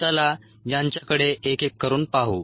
चला यांच्याकडे एक एक करून पाहू